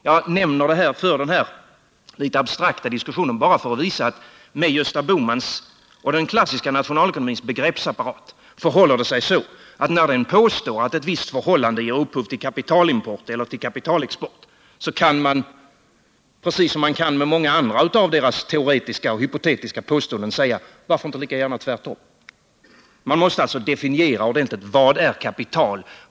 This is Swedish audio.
Jag för denna litet abstrakta diskussion bara för att visa att med Gösta Bohmans och den klassiska nationalekonomins begreppsapparat förhåller det sig så, att när den påstår att ett visst förhållande ger upphov till kapitalimport eller till kapitalexport kan man, precis som man kan med många andra av deras teoretiska och hypotetiska påståenden, säga: Varför inte lika gärna tvärtom? Man måste alltså ordentligt definiera: Vad är kapital?